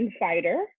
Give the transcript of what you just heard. insider